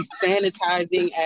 sanitizing